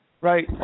right